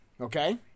okay